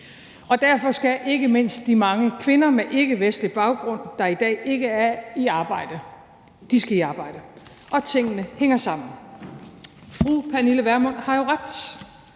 Og derfor skal ikke mindst de mange kvinder med ikkevestlig baggrund, der i dag ikke er i arbejde, i arbejde. Og tingene hænger sammen. Fru Pernille Vermund har jo ret,